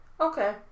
Okay